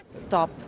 Stop